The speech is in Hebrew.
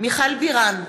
מיכל בירן,